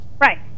Right